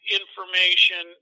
information